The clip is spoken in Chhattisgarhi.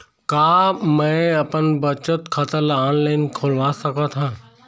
का मैं अपन बचत खाता ला ऑनलाइन खोलवा सकत ह?